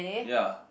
ya